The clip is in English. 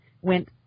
went